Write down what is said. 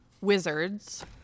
Wizards